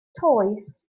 toes